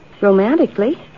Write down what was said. Romantically